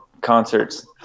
concerts